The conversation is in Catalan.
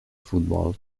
futbol